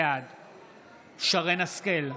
בעד שרן מרים השכל,